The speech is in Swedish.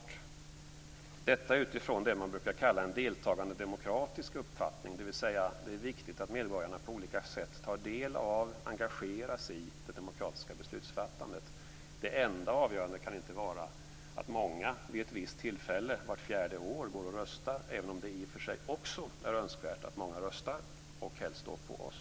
Detta säger jag utifrån det man brukar kalla för en deltagandedemokratisk uppfattning, dvs. att det är viktigt att medborgarna på olika sätt tar del av och engagerar sig i det demokratiska beslutsfattandet. Det enda avgörande kan inte vara att många vid ett visst tillfälle vart fjärde år går och röstar, även om det i och för sig också är önskvärt att många röstar och helst då på oss.